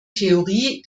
theorie